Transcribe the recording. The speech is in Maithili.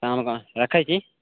शाम कऽ हम रखै छी